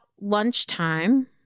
lunchtime